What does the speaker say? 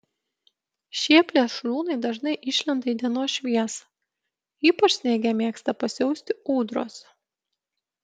šie plėšrūnai dažnai išlenda į dienos šviesą ypač sniege mėgsta pasiausti ūdros